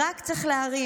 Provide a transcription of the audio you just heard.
רק צריך להרים.